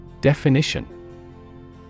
Definition